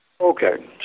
Okay